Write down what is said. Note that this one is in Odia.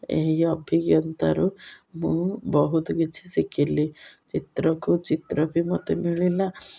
ଏହି ଅଭିଜ୍ଞତାରୁ ମୁଁ ବହୁତ କିଛି ଶିଖିଲି ଚିତ୍ରକୁ ଚିତ୍ର ବି ମୋତେ ମିଳିଲା